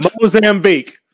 Mozambique